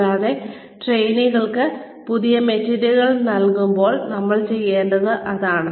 കൂടാതെ ട്രെയിനികൾക്ക് പുതിയ മെറ്റീരിയലുകൾ നൽകുമ്പോൾ നമ്മൾ ചെയ്യുന്നത് അതാണ്